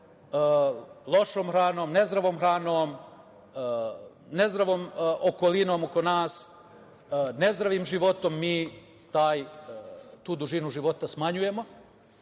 lošom hranom, nezdravom hranom, nezdravom okolinom oko nas, nezdravim životom, mi tu dužinu života smanjujemo. Mislim